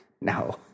No